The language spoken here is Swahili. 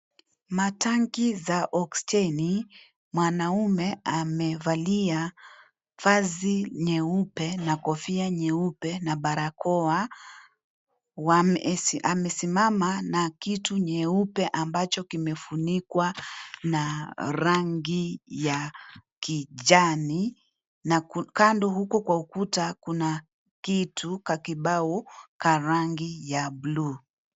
Matangi za oxygen . Mwanaume amevalia vazi nyeupe na kofia nyeupe na balakoa, amesimama na kitu nyeupe ambacho kimefunikwa na rangi ya kijani na kando huko kwa ukuta kuna kitu kakibao ka rangi ya blue .